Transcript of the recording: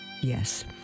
yes